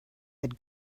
had